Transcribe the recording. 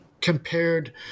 compared